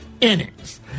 innings